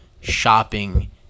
shopping